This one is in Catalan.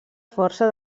força